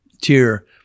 tier